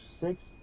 six